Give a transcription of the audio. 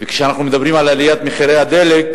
וכשאנחנו מדברים על עליית מחירי הדלק